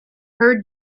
her